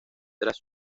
tras